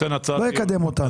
לא יקדם אותנו.